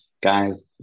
guys